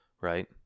right